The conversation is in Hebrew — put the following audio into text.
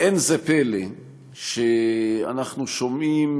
לא פלא שאנחנו שומעים